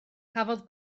cafodd